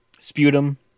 sputum